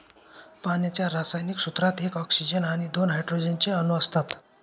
पाण्याच्या रासायनिक सूत्रात एक ऑक्सीजन आणि दोन हायड्रोजन चे अणु असतात